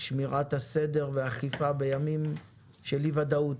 שמירת הסדר ואכיפה בימים של אי-ודאות.